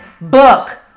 book